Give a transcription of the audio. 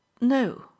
No